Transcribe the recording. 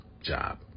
job